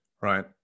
right